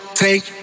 take